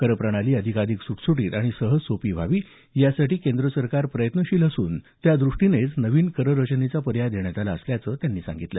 कर प्रणाली अधिकाधिक सुटसुटीत आणि सहज सोपी व्हावी यासाठी केंद्र सरकार प्रयत्नशील असून त्या दृष्टीनेच नवीन कर रचनेचा पर्याय देण्यात आला असल्याचं त्यांनी सांगितलं